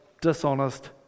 dishonest